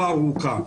ארוכה.